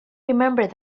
remembered